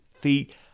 feet